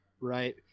right